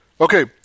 Okay